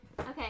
Okay